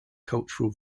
cultural